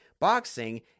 boxing